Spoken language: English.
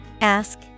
Ask